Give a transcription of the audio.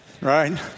Right